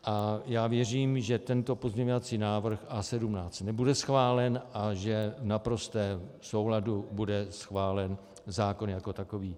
A já věřím, že tento pozměňovací návrh A17 nebude schválen a že v naprostém souladu bude schválen zákon jako takový.